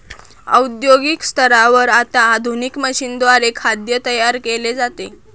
औद्योगिक स्तरावर आता आधुनिक मशीनद्वारे खाद्य तयार केले जाते